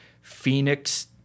Phoenix